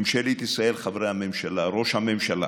ממשלת ישראל, חברי הממשלה, ראש הממשלה,